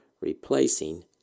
replacing